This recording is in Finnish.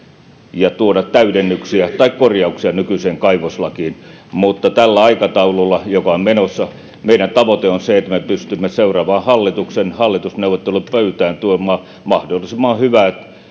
ja joissa voitaisiin tuoda täydennyksiä tai korjauksia nykyiseen kaivoslakiin mutta tällä aikataululla joka on menossa meidän tavoitteemme on se että me pystymme seuraavan hallituksen hallitusneuvottelupöytään tuomaan mahdollisimman hyvät